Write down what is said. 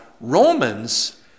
Romans